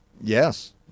yes